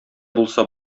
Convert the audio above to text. булса